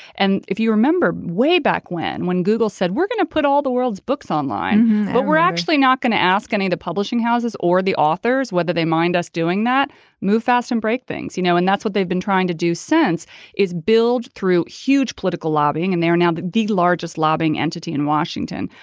and if you remember way back when when google said we're going to put all the world's books online but we're actually not going to ask any of the publishing houses or the authors whether they mind us doing that move fast and break things you know and that's what they've been trying to do sense is build through huge political lobbying and they're now the the largest lobbying entity in washington.